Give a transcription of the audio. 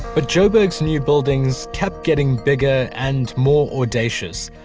but joburg's new buildings kept getting bigger and more audacious.